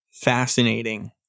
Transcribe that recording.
fascinating